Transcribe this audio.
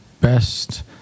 best